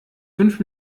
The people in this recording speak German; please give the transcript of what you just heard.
fünf